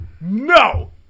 no